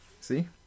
See